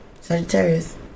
Sagittarius